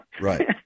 Right